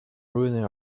ruining